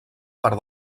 per